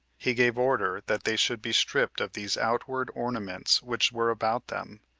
he gave order that they should be stripped of these outward ornaments which were about them,